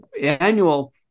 annual